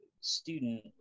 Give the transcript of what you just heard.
student